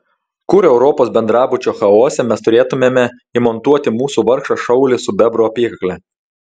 kur europos bendrabučio chaose mes turėtumėme įmontuoti mūsų vargšą šaulį su bebro apykakle